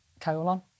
colon